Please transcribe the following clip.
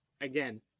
again